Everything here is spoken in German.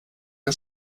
der